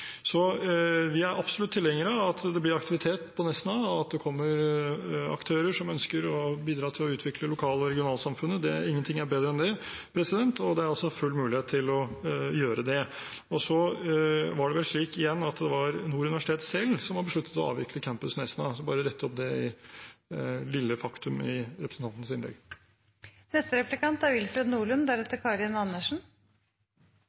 Vi er absolutt tilhengere av at det blir aktivitet på Nesna, og at det kommer aktører som ønsker å bidra til å utvikle lokal- og regionalsamfunnet, ingenting er bedre enn det, og det er fullt mulig å gjøre det. Så var det vel slik at det var Nord universitet selv som har besluttet å avvikle campus Nesna, jeg vil bare rette opp det lille faktum i representantens innlegg. Det er